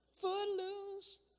Footloose